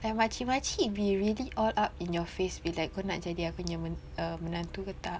like makcik makcik be really all up in your face be like kau nak jadi aku punya men~ err menantu ke tak